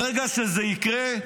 ברגע שזה יקרה,